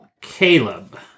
Caleb